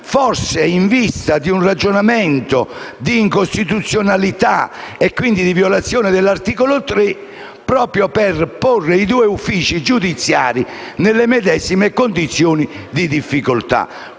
forse in vista di un ragionamento di incostituzionalità e, quindi, di violazione dell'articolo 3, proprio per porre i due uffici giudiziari nelle medesime condizioni di difficoltà.